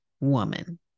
woman